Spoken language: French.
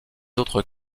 autres